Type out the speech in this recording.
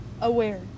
aware